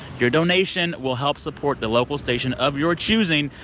your donation will help support the local station of your choosing.